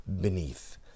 beneath